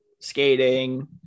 skating